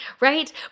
right